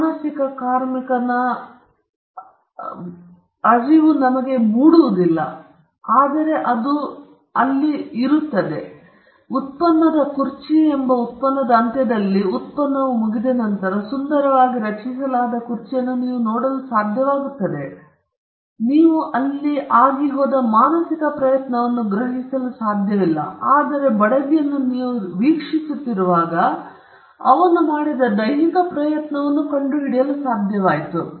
ಮಾನಸಿಕ ಕಾರ್ಮಿಕರ ಅರಿವು ಮೂಡಿಸುವುದಿಲ್ಲ ಆದರೆ ಅದು ಅಲ್ಲಿದೆಯಾದರೂ ಉತ್ಪನ್ನದ ಅಂತ್ಯದಲ್ಲಿ ಉತ್ಪನ್ನವು ಮುಗಿದ ನಂತರ ಸುಂದರವಾಗಿ ರಚಿಸಲಾದ ಕುರ್ಚಿಯನ್ನು ನೀವು ನೋಡಲು ಸಾಧ್ಯವಾಗುತ್ತದೆ ಅಲ್ಲಿ ನೀವು ಹೋದ ಮಾನಸಿಕ ಪ್ರಯತ್ನವನ್ನು ಗ್ರಹಿಸಲು ಸಾಧ್ಯವಿಲ್ಲ ಆದರೆ ನೀವು ಅವನನ್ನು ವೀಕ್ಷಿಸುತ್ತಿರುವಾಗ ನೀವು ಮಾಡಿದ ದೈಹಿಕ ಪ್ರಯತ್ನವನ್ನು ನೀವು ಕಂಡುಹಿಡಿಯಲು ಸಾಧ್ಯವಾಯಿತು